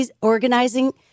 organizing